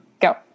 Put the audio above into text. go